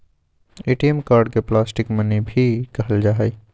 ATM card के plastic money भी कहल जाहई